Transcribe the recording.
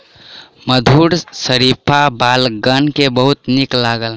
मधुर शरीफा बालकगण के बहुत नीक लागल